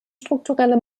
strukturelle